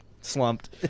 slumped